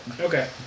Okay